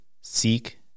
Seek